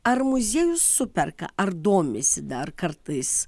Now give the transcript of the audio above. ar muziejus superka ar domisi dar kartais